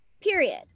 period